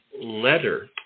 letter